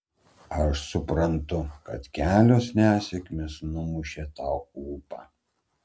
aš suprantu kad kelios nesėkmės numušė tau ūpą